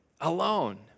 alone